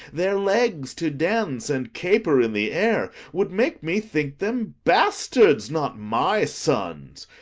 their legs to dance and caper in the air, would make me think them bastards, not my sons,